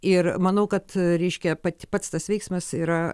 ir manau kad ryškią pati pats tas veiksmas yra